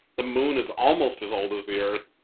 the moon is almost as old as the earth,